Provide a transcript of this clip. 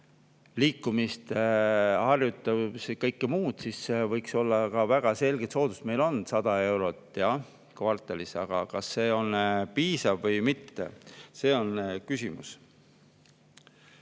liikumist, harjutamist ja kõike muud, siis võiks olla ka väga selge soodustus. Meil on 100 eurot kvartalis, aga kas see on piisav või mitte? See on küsimus.